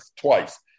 twice